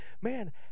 man